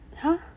!huh!